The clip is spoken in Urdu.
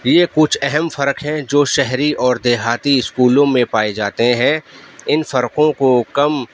یہ کچھ اہم فرق ہیں جو شہری اور دیہاتی اسکولوں میں پائے جاتے ہیں ان فرقوں کو کم